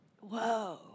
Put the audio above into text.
Whoa